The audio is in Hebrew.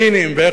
ואיך אומרים,